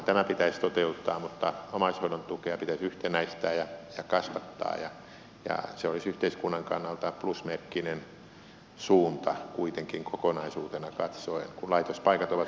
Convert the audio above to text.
tämä pitäisi toteuttaa mutta omaishoidon tukea pitäisi yhtenäistää ja kasvattaa ja se olisi yhteiskunnan kannalta plusmerkkinen suunta kuitenkin kokonaisuutena katsoen kun laitospaikat ovat hyvin kalliita